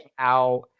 out